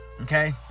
Okay